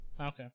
Okay